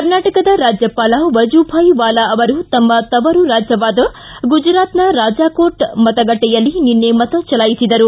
ಕರ್ನಾಟಕದ ರಾಜ್ಯಪಾಲ ವಜುಭಾಯ್ ವಾಲಾ ಅವರು ತಮ್ಮ ತವರು ರಾಜ್ಯವಾದ ಗುಜರಾತ್ನ ರಾಜಾಕೋಟ್ ಮತಗಟ್ಟೆಯಲ್ಲಿ ನಿನ್ನೆ ಮತ ಚಲಾಯಿಸಿದರು